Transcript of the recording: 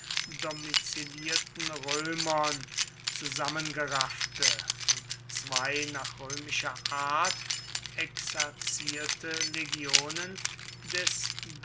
domizilierten römern zusammengeraffte und zwei nach römischer art exerzierte legionen des